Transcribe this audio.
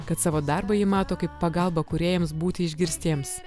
kad savo darbą ji mato kaip pagalbą kūrėjams būti išgirstiems